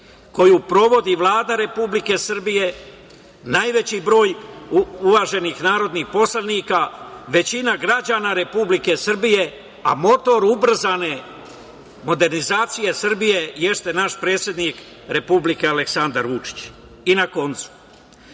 koju sprovodi Vlada Republike Srbije. Najveći broj uvaženih narodnih poslanika, većina građana Republike Srbije, a motor ubrzane modernizacije Srbije jeste naš predsednik Republike Aleksandar Vučić. Dok naš